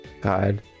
god